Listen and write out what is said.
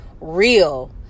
real